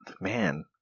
Man